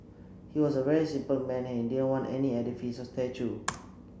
he was a very simple man he didn't want any edifice or statue